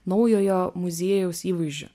naujojo muziejaus įvaizdžiu